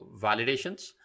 validations